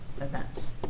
events